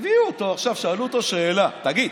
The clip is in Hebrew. הביאו אותו עכשיו, שאלו אותו שאלה: תגיד,